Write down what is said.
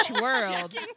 world